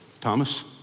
Thomas